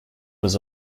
was